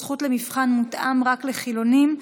זכות למבחן מותאם) רק לחילונים,